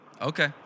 Okay